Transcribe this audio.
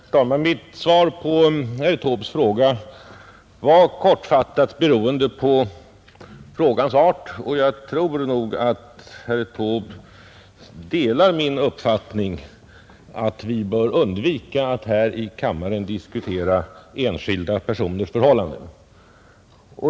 Herr talman! Mitt svar på herr Taubes fråga var kortfattat beroende på frågans art. Jag tror att herr Taube delar min uppfattning att vi bör undvika att här i kammaren diskutera enskilda personers förhållanden.